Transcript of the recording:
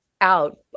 out